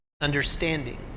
understanding